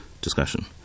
discussion